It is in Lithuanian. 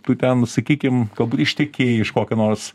tu ten sakykim galbūt ištekėjai iš kokio nors